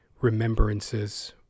remembrances